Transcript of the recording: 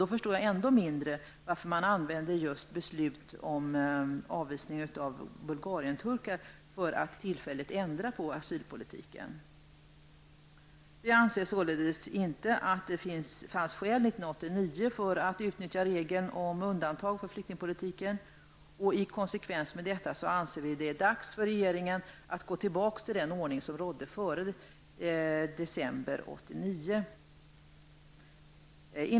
Då förstår jag ännu mindre varför man använder beslutet om avvisning av Bulgarienturkar för att tillfälligt ändra på asylpolitiken. Vi anser således inte att det fanns skäl 1989 för att utnyttja regeln om undantag för flyktingpolitiken. I konsekvens med detta anser vi att det är dags för regeringen att gå tillbaka till den ordning som rådde före december 1989.